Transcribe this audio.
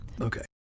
Okay